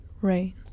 rain